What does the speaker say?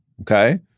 Okay